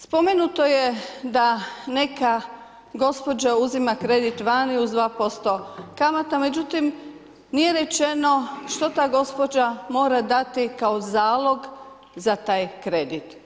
Spomenuto je da neka gospođa uzima kredit vani uz dva posto kamata, međutim nije rečeno što ta gospođa mora dati kao zalog za taj kredit.